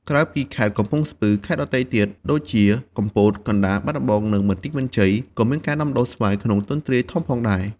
ក្រៅពីខេត្តកំពង់ស្ពឺ ខេត្តដទៃទៀតដូចជា កំពត កណ្ដាល បាត់ដំបង និងបន្ទាយមានជ័យ ក៏មានការដាំដុះស្វាយក្នុងទ្រង់ទ្រាយធំផងដែរ។